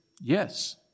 Yes